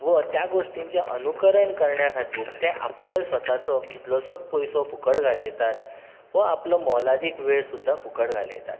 व त्या गोश्टींचें अनुकरण करण्यां खातीर ते आपलोय स्वताचो कितलोस पयसो फुकट घालयतात व आपलो मोलादीक वेळ सुद्दां फुकट घालयतात